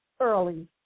early